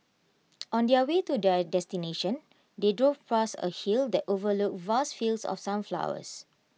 on their way to their destination they drove past A hill that overlooked vast fields of sunflowers